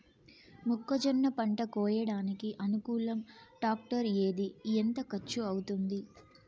మొక్కజొన్న పంట కోయడానికి అనుకూలం టాక్టర్ ఏది? ఎంత ఖర్చు అవుతుంది?